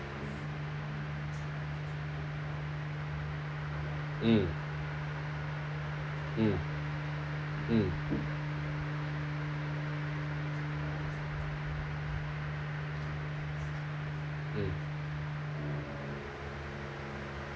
mm mm mm mm